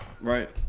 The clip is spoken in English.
Right